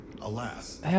alas